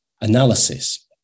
analysis